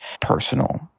personal